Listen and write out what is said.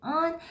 on